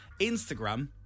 Instagram